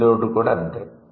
rail road కూడా అంతే